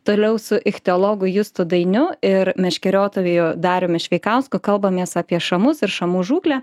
toliau su ichtiologu justu dainiu ir meškeriotoj dariumi šveikausku kalbamės apie šamus ir šamų žūklę